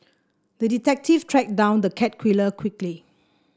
the detective tracked down the cat killer quickly